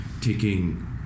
taking